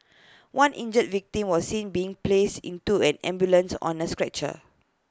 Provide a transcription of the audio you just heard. one injured victim was seen being placed into an ambulance on A stretcher